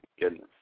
goodness